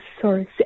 source